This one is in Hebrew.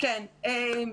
- ברשותך אני אמשיך בקצרה.